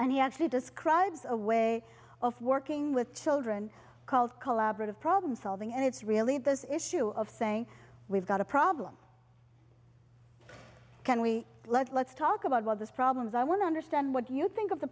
and he actually describes a way of working with children called collaborative problem solving and it's really this issue of saying we've got a problem can we let's talk about what this problem is i want to understand what you think of the